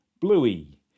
Bluey